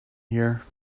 here